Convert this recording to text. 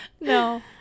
no